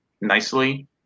nicely